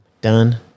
done